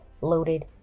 loaded